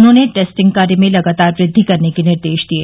उन्होंने टेस्टिंग कार्य में लगातार वृद्वि करने के निर्देश दिये